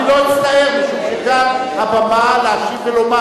אני לא אצטער, משום שכאן הבמה להשיב ולומר.